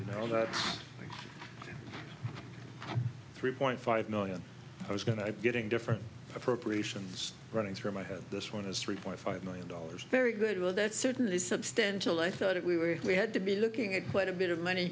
you know all that three point five million i was going to getting different appropriations running through my head this one is three point five million dollars very good well that's certainly substantial i thought if we were we had to be looking at quite a bit of money